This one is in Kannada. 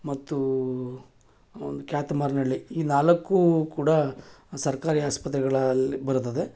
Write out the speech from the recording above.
ಮತ್ತು ಕ್ಯಾತಮಾರ್ನಳ್ಳಿ ಈ ನಾಲ್ಕೂ ಕೂಡ ಸರ್ಕಾರಿ ಆಸ್ಪತ್ರೆಗಳಲ್ಲಿ ಬರೋದಾದರೆ